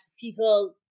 people